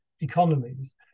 economies